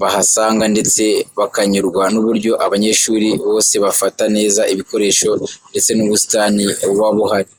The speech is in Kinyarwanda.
bahasanga ndetse bakanyurwa n'uburyo abanyeshuri bose bafata neza ibikoresho ndetse n'ubusitani buba buhari.